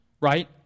right